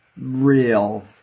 real